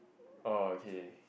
okay